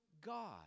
God